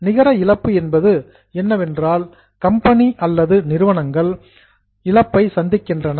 நிகர இழப்பு என்பது என்னவென்றால் கம்பெனி கம்பெனி அல்லது என்டர்பிரைஸ் நிறுவனங்கள் சபரிங் லாஸ் இழப்பை சந்திக்கின்றன